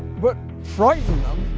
but frighten them?